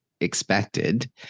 Expected